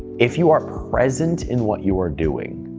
if you are present in what you are doing,